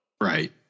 Right